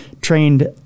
trained